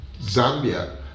Zambia